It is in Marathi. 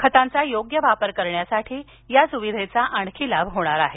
खतांचा योग्य वापर करण्यासाठी या सुविधेचा आणखी लाभ होणार आहे